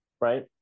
right